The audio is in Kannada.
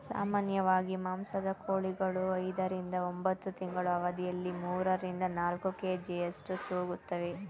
ಸಾಮಾನ್ಯವಾಗಿ ಮಾಂಸದ ಕೋಳಿಗಳು ಐದರಿಂದ ಒಂಬತ್ತು ತಿಂಗಳ ಅವಧಿಯಲ್ಲಿ ಮೂರರಿಂದ ನಾಲ್ಕು ಕೆ.ಜಿಯಷ್ಟು ತೂಗುತ್ತುವೆ